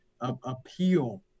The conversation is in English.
appeal